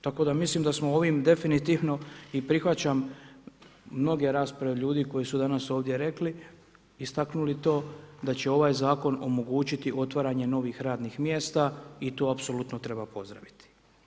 Tako da mislim da smo ovim definitivno i prihvaćam mnoge rasprave od ljudi koji su danas ovdje rekli i istaknuli to da će ovaj zakon omogućiti otvaranje novih radnih mjesta i to apsolutno treba pozdraviti.